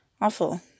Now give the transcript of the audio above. awful